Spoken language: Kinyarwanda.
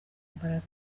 imbaraga